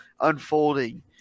unfolding